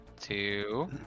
two